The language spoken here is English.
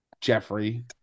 Jeffrey